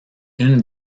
une